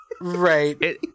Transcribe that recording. right